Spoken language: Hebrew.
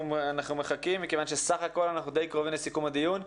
אנחנו מחכים כיוון שבסך הכול אנחנו די קרובים לסיכום הדיון.